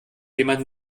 jemanden